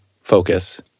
focus